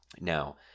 Now